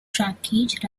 trackage